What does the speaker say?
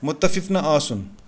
مُتَفِف نہَ آسُن